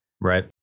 Right